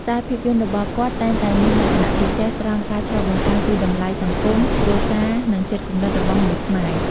ខ្សែភាពយន្តរបស់គាត់តែងតែមានលក្ខណៈពិសេសត្រង់ការឆ្លុះបញ្ចាំងពីតម្លៃសង្គម គ្រួសារ និងចិត្តគំនិតរបស់មនុស្សខ្មែរ។